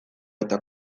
eta